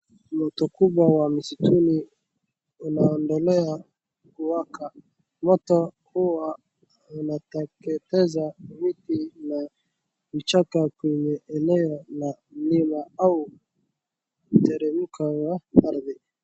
Moto kubwa wa misituni unaendela kuwaka. Moto hua inateketeza miti na vichaka kwenye eneo la mlima au mteremko wa ardhi.